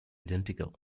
identical